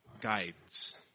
guides